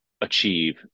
achieve